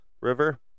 River